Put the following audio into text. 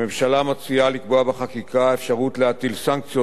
הממשלה מציעה לקבוע בחקיקה אפשרות להטיל סנקציות